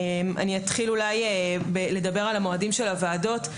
אני אתחיל לדבר על המועדים של הוועדות,